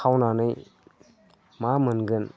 खावनानै मा मोनगोन